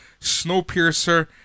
Snowpiercer